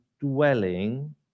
dwelling